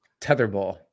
Tetherball